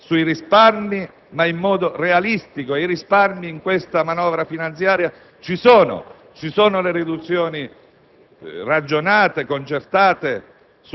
Occorreva, quindi, puntare sui risparmi, ma in modo realistico. E i risparmi in questa manovra finanziaria ci sono. Ci sono riduzioni